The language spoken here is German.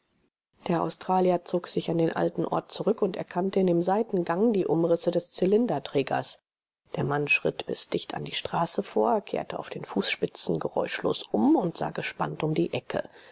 der australier zog sich an den alten platz zurück und erkannte in dem seitengang die umrisse des zylinderträgers der mann schritt bis dicht an die straße vor kehrte auf den fußspitzen geräuschlos um und sah gespannt um die ecke